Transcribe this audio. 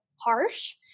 harsh